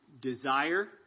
desire